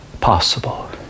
possible